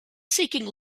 seeking